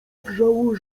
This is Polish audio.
wrzało